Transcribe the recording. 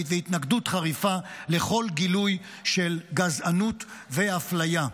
והתנגדות חריפה לכל גילוי של גזענות ואפליה.